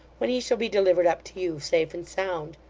when he shall be delivered up to you, safe and sound.